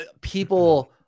people